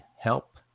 help